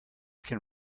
can